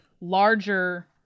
larger